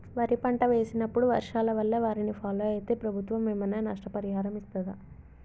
వరి పంట వేసినప్పుడు వర్షాల వల్ల వారిని ఫాలో అయితే ప్రభుత్వం ఏమైనా నష్టపరిహారం ఇస్తదా?